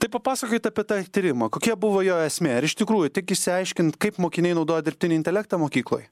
tai papasakokit apie tą tyrimą kokia buvo jo esmė ar iš tikrųjų tik išsiaiškint kaip mokiniai naudoja dirbtinį intelektą mokykloj